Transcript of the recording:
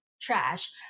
trash